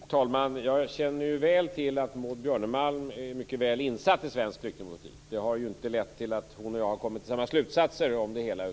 Fru talman! Jag känner till att Maud Björnemalm är mycket väl insatt i svensk flyktingpolitik. Det har inte lett till att hon och jag har kommit till samma slutsatser om det hela.